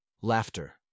Laughter